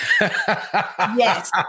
Yes